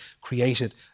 created